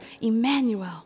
Emmanuel